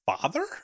father